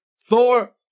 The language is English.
Thor